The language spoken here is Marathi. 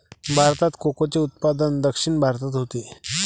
भारतात कोकोचे उत्पादन दक्षिण भारतात होते